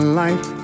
life